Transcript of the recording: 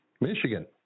Michigan